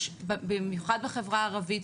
יש במיוחד בחברה הערבית,